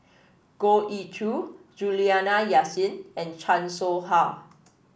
Goh Ee Choo Juliana Yasin and Chan Soh Ha